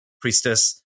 priestess